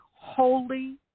holy